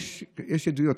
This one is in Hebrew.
יש עדויות,